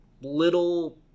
little